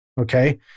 Okay